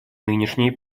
нынешние